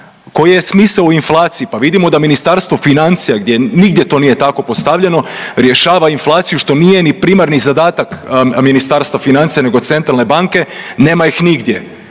Koji je smisao u inflaciji, pa vidimo da Ministarstvo financija gdje nigdje to nije tako postavljeno, rješava inflaciju, što nije ni primarni zadatak Ministarstva financija nego centralne banke, nema ih nigdje